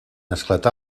esclatà